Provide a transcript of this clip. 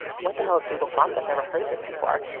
what the hell is google fonts? i've never heard of this before.